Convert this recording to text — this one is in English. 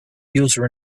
user